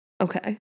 Okay